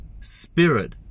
spirit